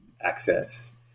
access